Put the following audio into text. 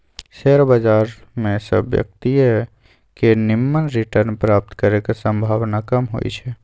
share बजार में सभ व्यक्तिय के निम्मन रिटर्न प्राप्त करे के संभावना कम होइ छइ